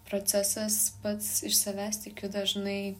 procesas pats iš savęs tikiu dažnai